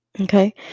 okay